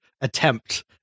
attempt